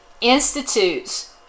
institutes